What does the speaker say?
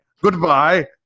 Goodbye